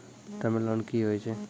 Term loan कि होय छै?